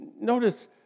Notice